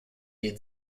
les